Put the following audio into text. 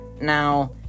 Now